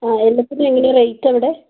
ആ എല്ലാത്തിനും എങ്ങനെയാണ് റേറ്റ് അവിടെ